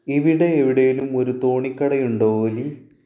ഇവിടെ എവിടേലും ഒരു തോണി കടയുണ്ടോ ഓലി